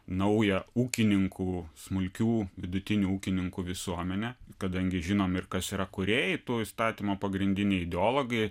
naują ūkininkų smulkių vidutinių ūkininkų visuomenę kadangi žinom ir kas yra kūrėjai to įstatymo pagrindiniai ideologai